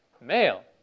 male